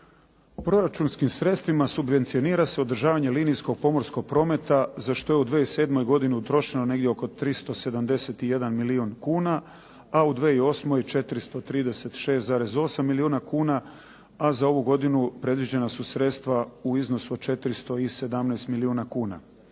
Proračunskim sredstvima subvencionira se odražavanje linijsko pomorskog prometa za što je u 2007. godini utrošeno negdje oko 371 milijuna kuna, a u 2008. 436,8 milijuna kuna, a za ovu godinu predviđena su sredstva u iznosu 417 milijuna kuna.